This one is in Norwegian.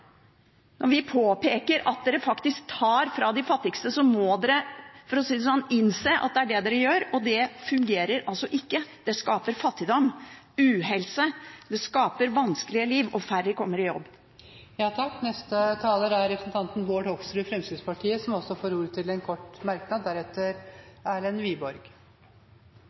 Når vi påpeker at dere faktisk tar fra de fattigste, må dere – for å si det sånn – innse at det er det dere gjør. Og det fungerer altså ikke, det skaper fattigdom, uhelse, det skaper vanskelige liv, og færre kommer i jobb. Representanten Bård Hoksrud har hatt ordet to ganger og får ordet til en kort merknad,